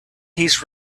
his